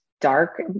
dark